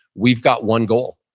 we've got one goal,